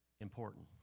important